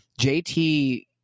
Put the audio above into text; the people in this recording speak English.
JT